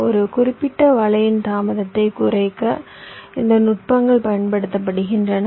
ஒரு குறிப்பிட்ட வலையின் தாமதத்தை குறைக்க இந்த நுட்பங்கள் பயன்படுத்தப்படுகின்றன